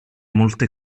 molte